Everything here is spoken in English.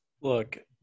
Look –